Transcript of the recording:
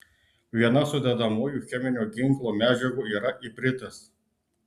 viena sudedamųjų cheminio ginklo medžiagų yra ipritas